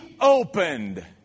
opened